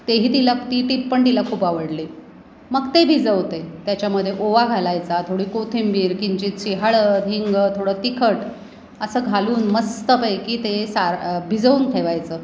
तेही तिला ती टिप पण तिला खूप आवडली मग ते भिजवते त्याच्यामध्ये ओवा घालायचा थोडी कोथिंबीर किंचितशी हळद हिंग थोडं तिखट असं घालून मस्तपैकी ते सार भिजवून ठेवायचं